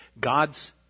God's